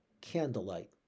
candlelight